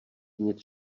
nic